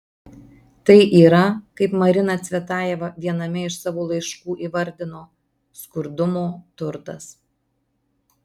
tai yra kaip marina cvetajeva viename iš savo laiškų įvardino skurdumo turtas